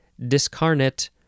discarnate